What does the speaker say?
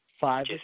five